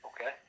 Okay